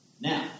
Now